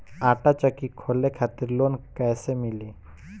आटा चक्की खोले खातिर लोन कैसे मिली?